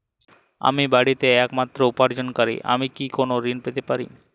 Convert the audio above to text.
আমি বাড়িতে একমাত্র উপার্জনকারী আমি কি কোনো ঋণ পেতে পারি?